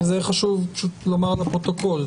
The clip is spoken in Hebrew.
זה חשוב פשוט לומר לפרוטוקול.